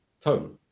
tone